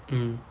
mm